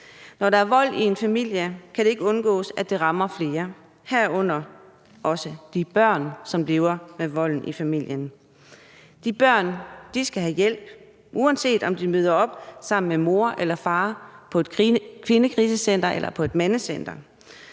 Når der er vold i en familie, kan det ikke undgås, at det rammer flere, herunder de børn, som lever med vold i familien. De børn skal have hjælp, uanset om de møder op sammen med mor på et kvindekrisecenter eller far på et mandecenter.